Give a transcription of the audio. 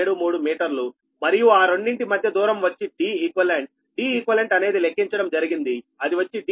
0473 మీటర్లు మరియు ఆ రెండింటి మధ్య దూరం వచ్చి DeqDeq అనేది లెక్కించడం జరిగింది అది వచ్చి Deq 6